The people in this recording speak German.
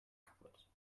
kaputt